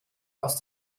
aus